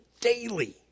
daily